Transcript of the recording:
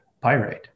pyrite